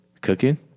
cooking